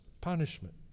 punishment